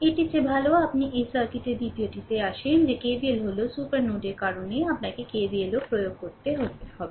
এটির চেয়ে ভাল আপনি এই সার্কিটের দ্বিতীয়টিতে আসেন যে KVLহল সুপার নোডের কারণে আপনাকে KVLও প্রয়োগ করতে হবে